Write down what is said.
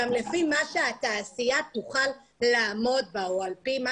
גם לפי מה שהתעשייה תוכל לעמוד בה או על פי מה